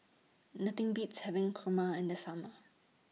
Nothing Beats having Kurma in The Summer